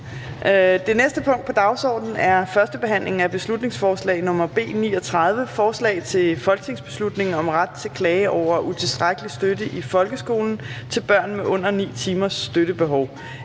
Det næste punkt på dagsordenen er: 25) 1. behandling af beslutningsforslag nr. B 39: Forslag til folketingsbeslutning om ret til klage over utilstrækkelig støtte i folkeskolen til børn med under 9 timers støttebehov.